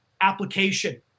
application